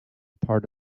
part